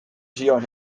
zion